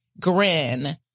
grin